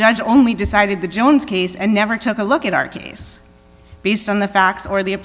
judge only decided the jones case and never took a look at our case based on the facts or the